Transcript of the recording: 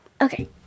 okay